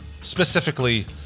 specifically